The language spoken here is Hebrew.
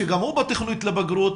שגם הוא בתוכנית לבגרות,